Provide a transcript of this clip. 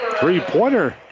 Three-pointer